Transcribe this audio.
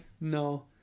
No